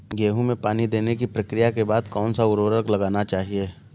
गेहूँ में पानी देने की प्रक्रिया के बाद कौन सा उर्वरक लगाना चाहिए?